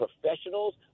professionals